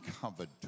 covered